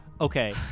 Okay